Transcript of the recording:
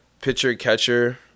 pitcher-catcher